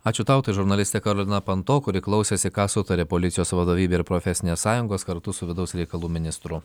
ačiū tau tai žurnalistė karolina panto kuri klausėsi ką sutarė policijos vadovybė ir profesinės sąjungos kartu su vidaus reikalų ministru